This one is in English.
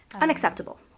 Unacceptable